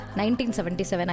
1977